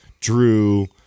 Drew